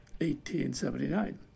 1879